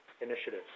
initiatives